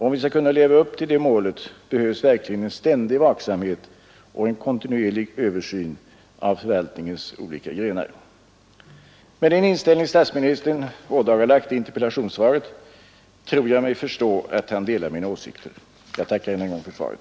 Om vi skall kunna leva upp till det målet behövs verkligen en ständig vaksamhet och en kontinuerlig översyn av förvaltningens olika grenar. Med den inställning statsministern ådagalagt i interpellationssvaret tror jag mig förstå att han delar mina åsikter. Jag tackar än en gång för svaret.